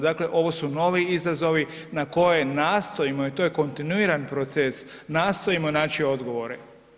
Dakle, ovo su novi izazovi na koje nastojimo i to je kontinuiran proces, nastojimo naći odgovore.